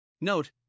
Note